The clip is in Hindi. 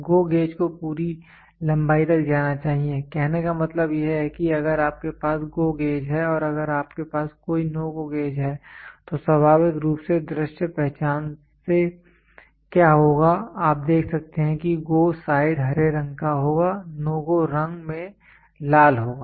GO गेज को पूरी लंबाई तक जाना चाहिए कहने का मतलब यह है कि अगर आपके पास GO गेज है और अगर आपके पास कोई NO GO गेज है तो स्वाभाविक रूप से दृश्य पहचान से क्या होगा आप देख सकते हैं कि GO साइड हरे रंग का होगा NO GO रंग में लाल होगा